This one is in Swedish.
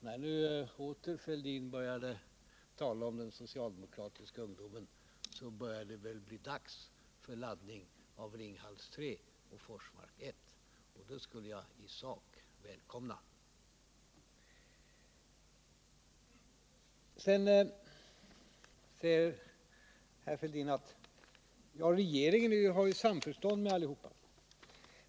När åter herr Fälldin börjar tala om den socialdemokratiska ungdomen börjar det väl bli dags för laddning av Ringhals 3 och Forsmark 1, och det skulle jag i sak välkomna. Vidare säger herr Fälldin att regeringen verkar i samförstånd med alla.